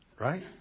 right